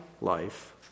life